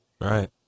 Right